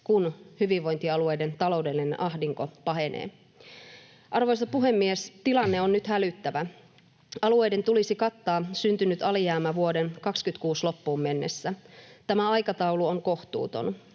kun hyvinvointialueiden taloudellinen ahdinko pahenee. Arvoisa puhemies! Tilanne on nyt hälyttävä. Alueiden tulisi kattaa syntynyt alijäämä vuoden 26 loppuun mennessä. Tämä aikataulu on kohtuuton.